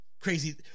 crazy